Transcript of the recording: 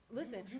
listen